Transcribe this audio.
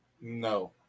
No